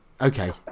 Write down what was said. okay